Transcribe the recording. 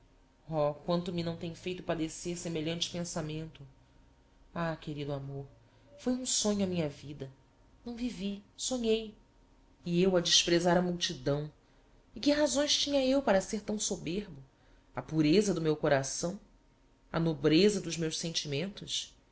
oh quanto me não tem feito padecer semelhante pensamento ah querido amor foi um sonho a minha vida não vivi sonhei e eu a desprezar a multidão e que razões tinha eu para ser tão soberbo a purêza do meu coração a nobreza dos meus sentimentos